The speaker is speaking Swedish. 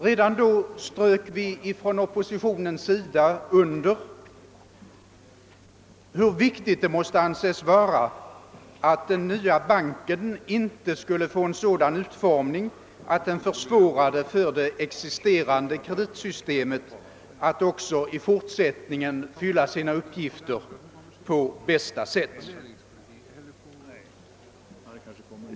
Redan då strök vi från oppositionens sida under hur viktigt det måste anses vara att den nya banken inte skulle få en sådan utformning att den försvårade för det existerande kreditsystemet att också i fortsättningen fylla sina uppgifter på bästa sätt.